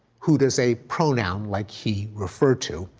who does a pronoun like he refer to.